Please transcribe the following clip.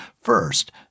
First